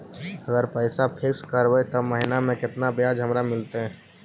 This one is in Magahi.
अगर पैसा फिक्स करबै त महिना मे केतना ब्याज हमरा मिलतै?